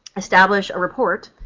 establish a report,